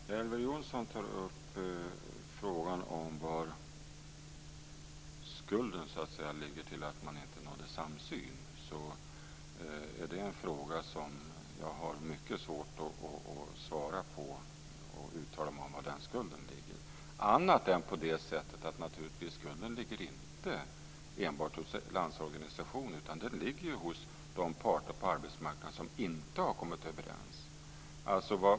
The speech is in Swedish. Fru talman! Elver Jonsson tar upp frågan om var skulden ligger till att man inte nådde samsyn. Det är en fråga som jag har mycket svårt att svara på och uttala mig om, annat än att skulden naturligtvis inte enbart ligger hos Landsorganisationen utan hos de parter på arbetsmarknaden som inte har kommit överens.